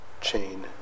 chain